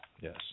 Yes